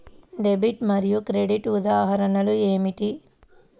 Debit మరియు credit ఉదాహరణలు ఏమిటీ?